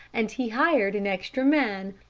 and he hired an extra man,